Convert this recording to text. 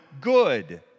good